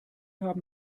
haben